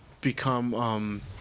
become